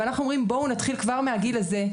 ואנחנו אומרים, בואו נתחיל כבר מהגיל הזה: